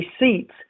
receipts